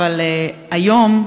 אבל היום,